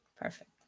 Perfect